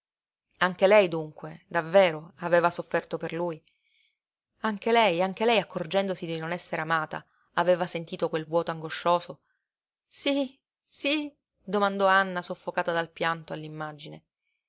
anche lei dunque davvero aveva sofferto per lui anche lei anche lei accorgendosi di non essere amata aveva sentito quel vuoto angoscioso sí sí domandò anna soffocata dal pianto